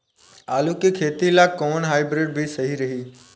आलू के खेती ला कोवन हाइब्रिड बीज सही रही?